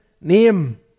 name